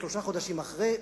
שלושה חודשים אחרי,